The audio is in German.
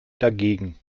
dagegen